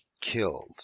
killed